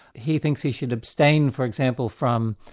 he thinks he should abstain, for example, from